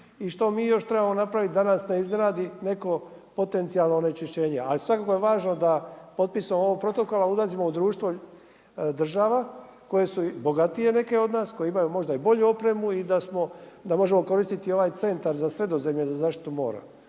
i što mi još trebamo napraviti da nas ne izradi neko potencijalno onečišćenje. Ali svakako je važno da potpisom ovog protokola ulazimo u društvo država koje su bogatije neke od nas, koje imaju možda i bolju opremu i da možemo koristiti ovaj centar za Sredozemlje za zaštitu mora.